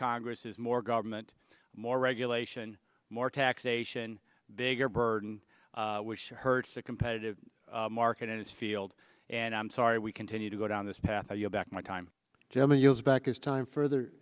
congress is more government more regulation more taxation bigger burden which hurts a competitive market in his field and i'm sorry we continue to go down this path of you back my time jimmy us back is time further